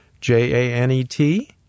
J-A-N-E-T